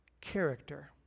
character